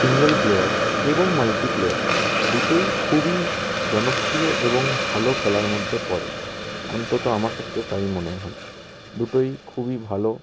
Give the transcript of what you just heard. single player এবং multiplayer দুটোই খুবই জনপ্রিয় এবং ভালো খেলার মধ্যে পড়ে অন্তত আমার কাছে তো তাই মনে হয় দুটোই খুবই ভালো